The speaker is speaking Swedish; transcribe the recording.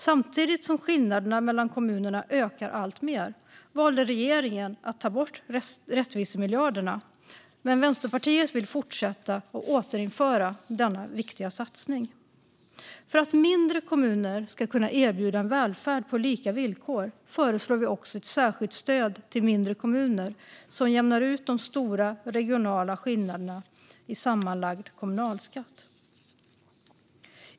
Samtidigt som skillnaderna mellan kommunerna ökar alltmer valde regeringen att ta bort rättvisemiljarderna. Vänsterpartiet vill återinföra och fortsätta denna viktiga satsning. För att mindre kommuner ska kunna erbjuda en välfärd på lika villkor föreslår vi också ett särskilt stöd till mindre kommuner, som jämnar ut de stora regionala skillnaderna i sammanlagd kommunalskatt.